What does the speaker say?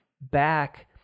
back